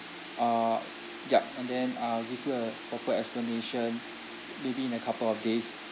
uh yup and then uh give you a proper explanation maybe in a couple of days